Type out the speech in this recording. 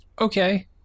Okay